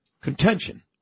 contention